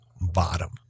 bottom